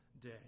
day